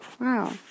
Wow